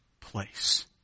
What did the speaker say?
place